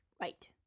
Right